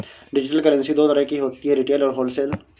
digital currency दो तरह की होती है रिटेल और होलसेल